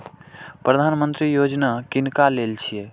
प्रधानमंत्री यौजना किनका लेल छिए?